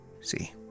See